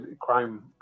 crime